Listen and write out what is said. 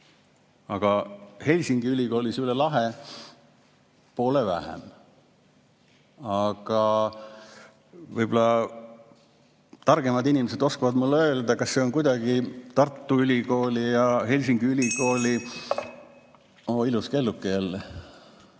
aga Helsingi Ülikoolis üle lahe on poole vähem. Aga võib-olla targemad inimesed oskavad mulle öelda, kas see on kuidagi Tartu Ülikooli ja Helsingi Ülikooli ... (Juhataja